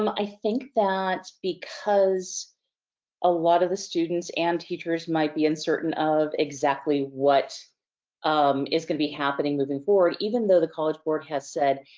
um i think that because a lot of the students and teachers might be uncertain of exactly what um is gonna be happening moving forward, even though the college board has said,